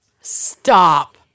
stop